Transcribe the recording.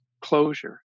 closure